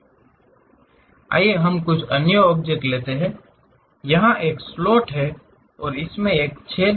आइए हम कुछ अन्य ऑब्जेक्ट लेते हैं यहाँ एक स्लॉट है और इसमें एक छेद भी है